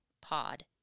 pod